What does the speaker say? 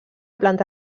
planta